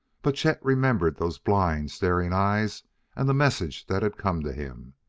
but chet remembered those blind, staring eyes and the message that had come to him.